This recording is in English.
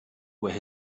where